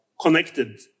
connected